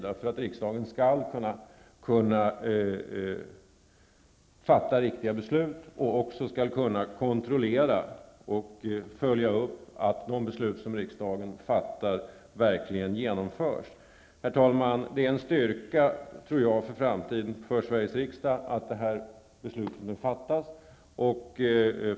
Avsikten är att riksdagen skall få bättre möjligheter att fatta riktiga beslut och även kunna kontrollera och följa upp att de beslut som fattas verkligen genomförs. Herr talman! Jag tror att det är en styrka för framtiden för Sveriges riksdag att det här beslutet fattas.